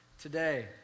today